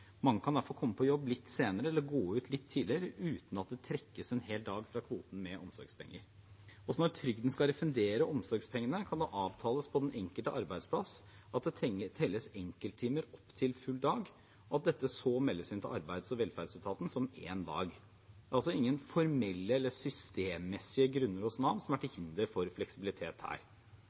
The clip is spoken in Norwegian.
Mange kan derfor komme på jobb litt senere eller gå litt tidligere uten at det trekkes en hel dag fra kvoten med omsorgspenger. Også når trygden skal refundere omsorgspengene, kan det avtales på den enkelte arbeidsplass at det telles enkelttimer opp til full dag, og at dette så meldes inn til arbeids- og velferdsetaten som én dag. Det er altså ingen formelle eller systemmessige grunner hos Nav som er til hinder for fleksibilitet her.